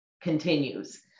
continues